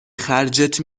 خرجت